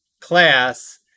class